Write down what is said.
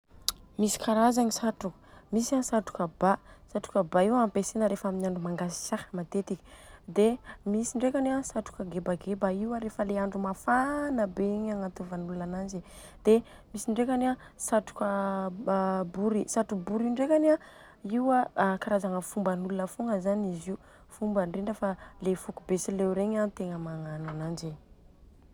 Misy karazagny satroka. Misy a satroka ba satroka ba io ampiasaina rehefa aminy andro mangatsiaka matetika. Dia misy ndrekany an satroka gebageba io an fa le andro mafana be io agnatôvan'olona ananjy. Dia misy ndrekany an a satroka a bory, bory io ndrekany an karazagna fomban'olona fogna zany izy io, fomba indrindra fa le foko betsileo regny an tegna magnano ananjy.